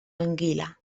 anguila